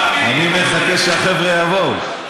אני מחכה שהחבר'ה יבואו,